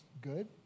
good